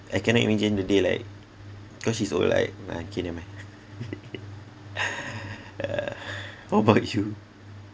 I cannot imagine the day like cause she's old like okay never mind what about you